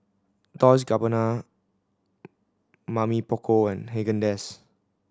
Dolce Gabbana Mamy Poko and Haagen Dazs